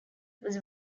was